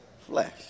Flesh